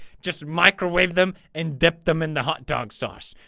just microwave them, and dip them in the hot dog sauce.